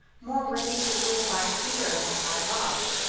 more ready to rule by fear than by love,